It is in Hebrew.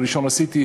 את הראשון עשיתי,